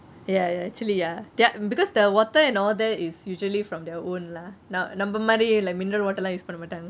ya ya actually ya there because the water and all that is usually from their own lah நம்மல மாதிரி:nammele mathiri mineral water use பண்ணமாட்டாங்க:pannemaataange